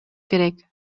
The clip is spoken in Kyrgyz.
керек